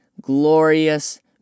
glorious